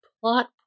plot